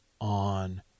on